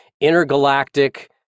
intergalactic